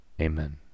Amen